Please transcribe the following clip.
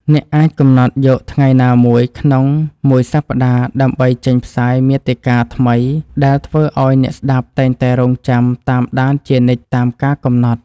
អ្នកអាចកំណត់យកថ្ងៃណាមួយក្នុងមួយសប្តាហ៍ដើម្បីចេញផ្សាយមាតិកាថ្មីដែលធ្វើឱ្យអ្នកស្តាប់តែងតែរង់ចាំតាមដានជានិច្ចតាមការកំណត់។